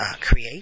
create